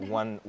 one